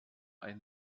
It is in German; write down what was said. ein